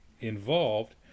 involved